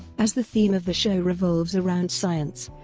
as the theme of the show revolves around science,